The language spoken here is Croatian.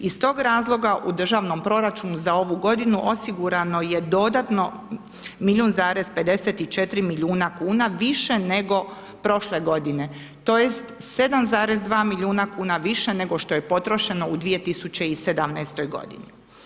Iz tog razloga u državnom proračunu za ovu godinu osigurano je dodatno 1,54 milijuna kn više nego prošle godine, tj. 7,2 milijuna kn više nego što je potrošeno u 2017. godini.